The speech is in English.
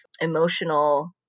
emotional